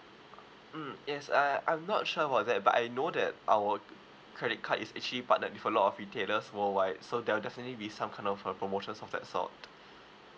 mm yes uh I'm not sure about that but I know that our credit card is actually partnered with a lot of retailers worldwide so there'll definitely be some kind of a promotions of that sort